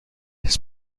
his